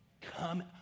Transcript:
Come